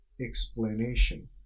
explanation